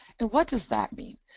and what does that mean?